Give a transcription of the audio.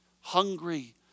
Hungry